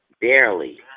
Barely